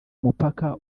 umupaka